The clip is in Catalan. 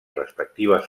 respectives